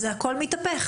אז הכל מתהפך.